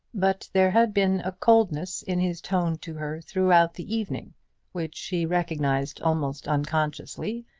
but there had been a coldness in his tone to her throughout the evening which she recognised almost unconsciously,